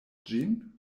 ĝin